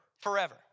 forever